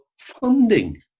funding